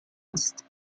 است